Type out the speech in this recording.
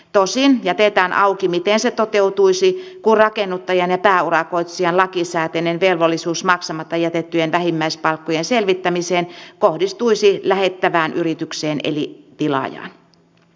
tosin jätetään auki miten se toteutuisi kun rakennuttajan ja pääurakoitsijan lakisääteinen velvollisuus maksamatta jätettyjen vähimmäispalkkojen selvittämiseen kohdistuisi lähettävään yritykseen eli tilaajaan